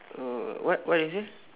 oh what what did you say